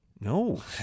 no